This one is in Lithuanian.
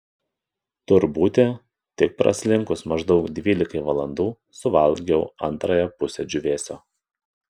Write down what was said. tur būti tik praslinkus maždaug dvylikai valandų suvalgiau antrąją pusę džiūvėsio